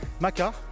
Maca